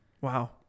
Wow